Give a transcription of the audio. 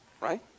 Right